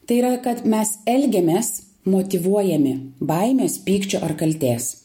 tai yra kad mes elgiamės motyvuojami baimės pykčio ar kaltės